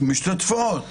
השתתפו.